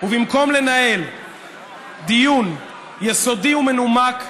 ובמקום לנהל דיון יסודי ומנומק,